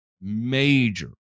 major